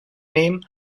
nehmen